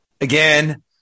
again